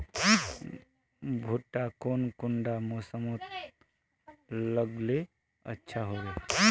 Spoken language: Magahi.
भुट्टा कौन कुंडा मोसमोत लगले अच्छा होबे?